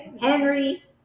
Henry